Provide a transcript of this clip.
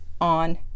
on